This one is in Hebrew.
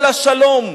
אל השלום.